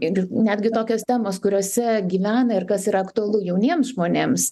ir netgi tokios temos kuriose gyvena ir kas yra aktualu jauniems žmonėms